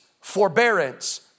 forbearance